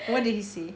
what did he say